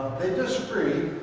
they disagree.